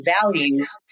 values